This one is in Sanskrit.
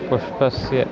पुष्पस्य